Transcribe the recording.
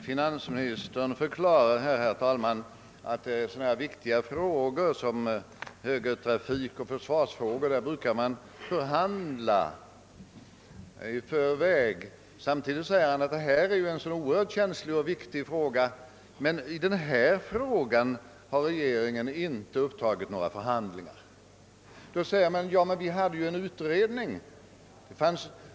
Finansministern förklarar här, herr talman, att i viktiga frågor, såsom högertrafikfrågor och försvarsfrågor, brukar man förhandla i förväg. Samtidigt säger han att hyresregleringens avveckling ju är en oerhört känslig och viktig fråga. Men i denna fråga har regeringen inte upptagit några förhandlingar. Detta motiveras med att vi hade en utredning.